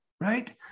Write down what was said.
right